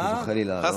חס וחלילה.